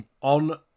On